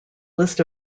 list